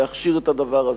להכשיר את הדבר הזה,